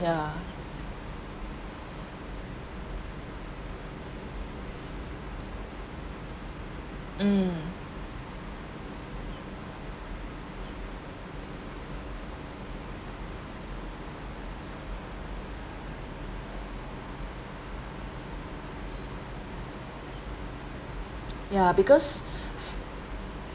yeah mm ya because